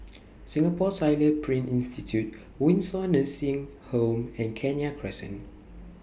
Singapore Tyler Print Institute Windsor Nursing Home and Kenya Crescent